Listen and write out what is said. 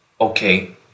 Okay